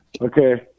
Okay